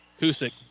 Kusick